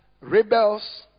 rebels